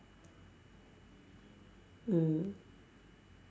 mm